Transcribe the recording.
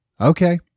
Okay